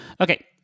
Okay